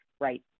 right